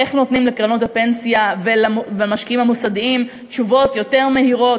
איך נותנים לקרנות הפנסיה והמשקיעים המוסדיים תשובות יותר מהירות,